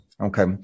Okay